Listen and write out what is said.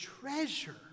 treasure